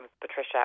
Patricia